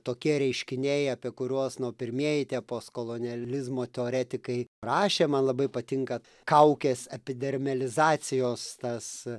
tokie reiškiniai apie kuriuos nu pirmieji tie postkolonializmo teoretikai rašė man labai patinka kaukės epidermelizacijos tas